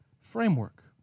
framework